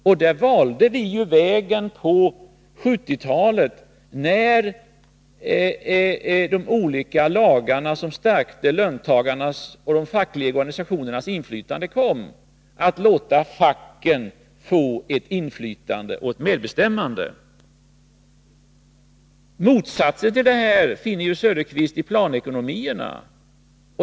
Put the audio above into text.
På 1970-talet, när de olika lagarna som stärkte löntagarnas och de fackliga organisationernas inflytande kom, valde vi vägen att låta facken få ett inflytande och medbestämmande. Motsatsen till detta finner Oswald Söderqvist i planekonomierna.